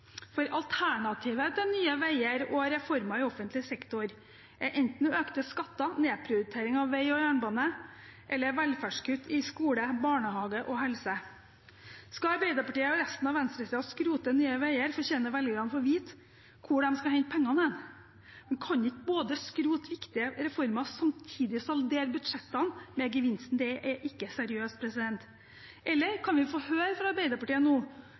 For alternativet til Nye Veier og reformer i offentlig sektor er enten økte skatter, nedprioritering av vei og jernbane eller velferdskutt i skole, barnehage og helse. Skal Arbeiderpartiet og resten av venstresiden skrote Nye Veier, fortjener velgerne å få vite hvor de skal hente pengene. Man kan ikke både skrote viktige reformer og samtidig saldere budsjettene med gevinsten. Det er ikke seriøst. Kan vi nå få høre fra Arbeiderpartiet